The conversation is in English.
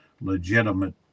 legitimate